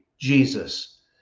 Jesus